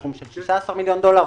בסכום של 16 מיליון דולר,